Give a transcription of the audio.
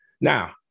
Now